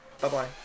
Bye-bye